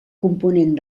component